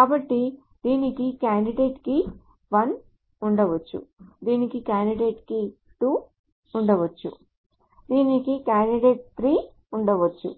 కాబట్టి దీనికి candidate key 1 ఉండవచ్చు దీనికి కాండిడేట్ కీ 2 ఉండవచ్చు దీనికి కాండిడేట్ కీ 3 ఉండవచ్చు